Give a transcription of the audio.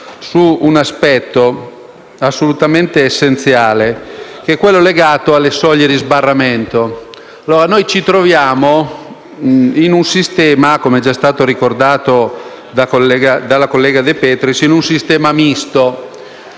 su un aspetto assolutamente essenziale che è quello legato alle soglie di sbarramento. Noi ci troviamo - com'è già stato ricordato dalla collega De Petris - in un sistema misto.